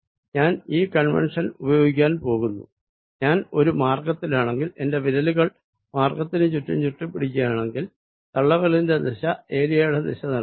ഞാൻ ഈ കൺവെൻഷൻ ഉപയോഗിക്കുവാൻ പോകുന്നു ഞാൻ ഒരു മാർഗ്ഗത്തിലാണെങ്കിൽ ഞാൻ എന്റെ വിരലുകൾ മാർഗ്ഗത്തിനു ചുറ്റും ചുരുട്ടിപിടിക്കുകയാണെങ്കിൽ തള്ള വിരലിന്റെ ദിശ ഏരിയ യുടെ ദിശ നൽകുന്നു